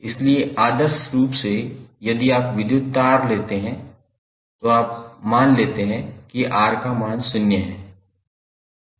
इसलिए आदर्श रूप से यदि आप विद्युत तार लेते हैं तो आप मान लेते हैं कि R का मान शून्य है